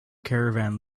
caravan